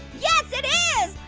yes, it is.